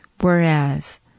whereas